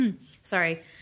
sorry